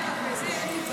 אין חזון ציוני.